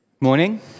morning